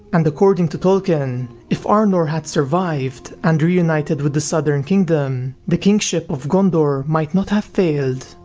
and according to tolkien if arnor had survived and reunited with the southern kingdom, the kingship of gondor might not have failed,